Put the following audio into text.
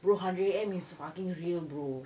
bro hundred A_M is fucking real bro